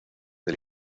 del